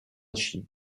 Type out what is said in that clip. shi